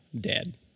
dead